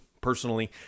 Personally